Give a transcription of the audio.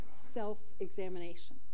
self-examination